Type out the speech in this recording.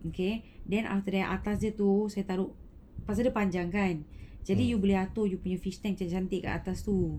okay then after that atas dia tu saya taruk pasal dia panjang kan jadi you boleh atur you punya fish tank cantik-cantik kat atas tu